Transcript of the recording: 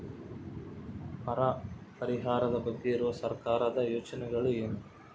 ಬರ ಪರಿಹಾರದ ಬಗ್ಗೆ ಇರುವ ಸರ್ಕಾರದ ಯೋಜನೆಗಳು ಏನು?